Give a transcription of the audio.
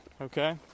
okay